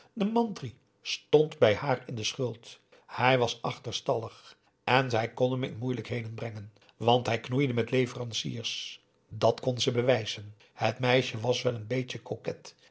de mantri stond bij haar in de schuld hij was achterstallig en zij kon hem in moeilijkheden brengen want hij knoeide met leveranciers dàt kon ze bewijzen het meisje was wel een beetje